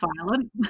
violent